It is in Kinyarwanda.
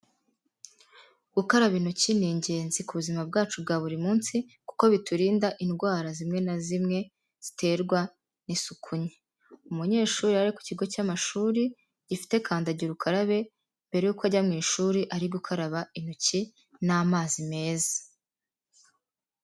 Gukaraba intoki ni ingenzi ku buzima bwacu bwa buri munsi kuko biturinda indwara zimwe na zimwe ziterwa n'isuku nke, umunyeshuri yari ari ku kigo cy'amashuri gifite kandagirukarabe mbere yuko ajya mu ishuri ari gukaraba intoki n'amazi meza.